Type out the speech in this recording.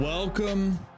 Welcome